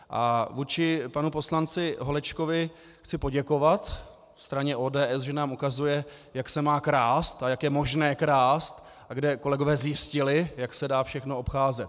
A vůči panu poslanci Holečkovi chci poděkovat straně ODS, že nám ukazuje, jak se má krást a jak je možné krást a kde kolegové zjistili, jak se dá všechno obcházet.